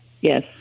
yes